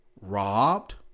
robbed